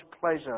pleasure